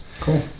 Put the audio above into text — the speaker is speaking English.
cool